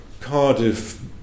Cardiff